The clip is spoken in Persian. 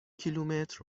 کیلومتر